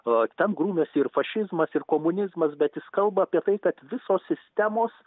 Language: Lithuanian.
o ten grumiasi ir fašizmas ir komunizmas bet jis kalba apie tai kad visos sistemos